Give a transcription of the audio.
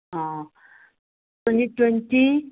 ah tonight twenty